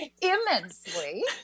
immensely